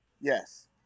Yes